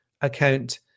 account